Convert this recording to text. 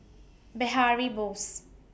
Behari Bose